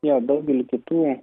jo daugely kitų